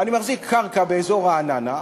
אני מחזיק קרקע באזור רעננה,